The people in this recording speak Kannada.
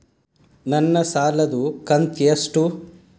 ನನ್ನ ಸಾಲದು ಕಂತ್ಯಷ್ಟು?